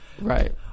Right